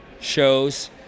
shows